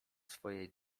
swoje